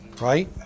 right